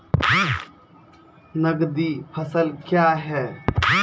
नगदी फसल क्या हैं?